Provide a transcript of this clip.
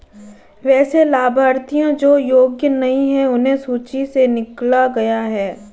वैसे लाभार्थियों जो योग्य नहीं हैं उन्हें सूची से निकला गया है